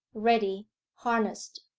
ready harnessed.